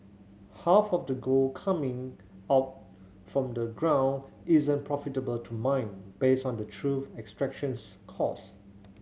half of the gold coming out from the ground isn't profitable to mine based on the true extractions cost